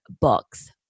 books